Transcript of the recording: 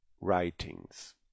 writings